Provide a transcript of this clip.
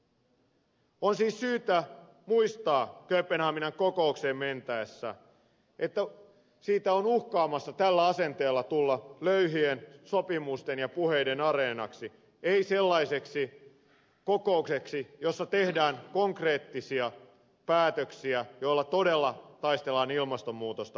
on siis syytä muistaa kööpenhaminan kokoukseen mentäessä että siitä on uhkaamassa tällä asenteella tulla löyhien sopimusten ja puheiden areena ei sellainen kokous jossa tehdään konkreettisia päätöksiä joilla todella taistellaan ilmastonmuutosta vastaan